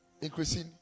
Increasing